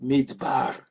Midbar